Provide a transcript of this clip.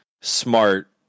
smart